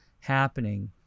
happening